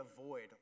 avoid